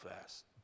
fast